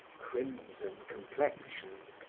crimson complexions,